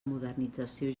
modernització